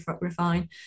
refine